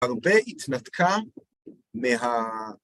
הרבה התנתקה מה...